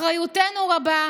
אחריותנו רבה,